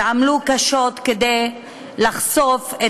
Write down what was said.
עמלו קשות כדי לחשוף,